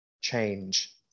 Change